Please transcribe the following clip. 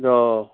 ꯑꯣ